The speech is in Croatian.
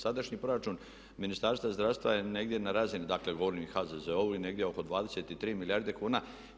Sadašnji proračun Ministarstva zdravstva je negdje na razini, dakle govorim i o HZZO-u, negdje oko 23 milijarde kuna.